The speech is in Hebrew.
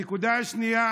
הנקודה השנייה,